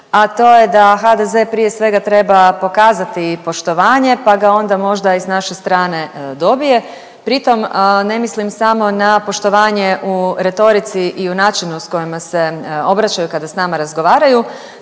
a to je da HDZ prije svega, treba pokazati poštovanje pa ga onda možda s naše strane i dobije, pritom ne mislim samo na poštovanje u retorici i u načinu s kojim se obraćaju kada s nama razgovaraju,